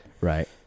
Right